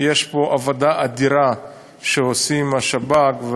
יש פה עבודה אדירה שעושים השב"כ,